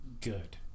good